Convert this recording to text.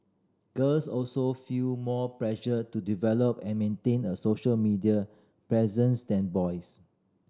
girls also feel more pressure to develop and maintain a social media presence than boys